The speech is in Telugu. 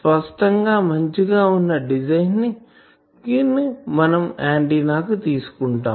స్పష్టం గా మంచిగా వున్న డిజైన్ ను మనం ఆంటిన్నా కి తీసుకుంటాము